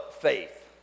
faith